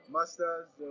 master's